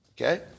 Okay